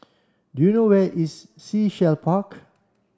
do you know where is Sea Shell Park